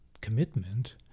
commitment